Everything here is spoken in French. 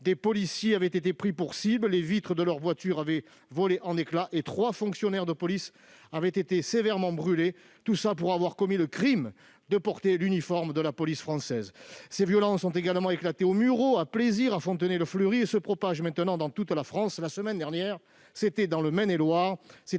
des policiers ont été pris pour cible, les vitres de leur voiture ont volé en éclats, et trois fonctionnaires de police ont été sévèrement brûlés, tout cela pour avoir commis le crime de porter l'uniforme de la police française. Ces violences ont également éclaté aux Mureaux, à Plaisir, à Fontenay-le-Fleury et se propagent maintenant dans toute la France. La semaine dernière, c'était dans le Maine-et-Loire,